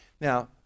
Now